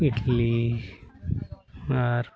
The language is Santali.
ᱤᱴᱟᱞᱤ ᱟᱨ